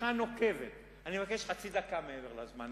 בשיחה נוקבת, אני מבקש חצי דקה מעבר לזמן.